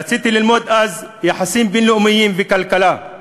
רציתי ללמוד אז יחסים בין-לאומיים וכלכלה,